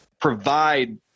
provide